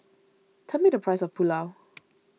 tell me the price of Pulao